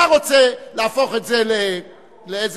אתה רוצה להפוך את זה לאיזה